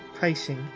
pacing